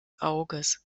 auges